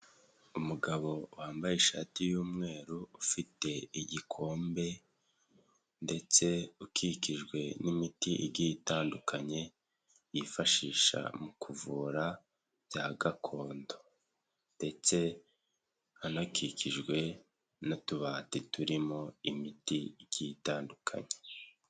Umugabo wambaye ishati y'umweru ufite igikombe ndetse ukikijwe n'imiti igitandukanye yifashisha mu kuvura bya gakondo ndetse anakikijwe n'utubati turimo imiti igitandukanye.